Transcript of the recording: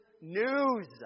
news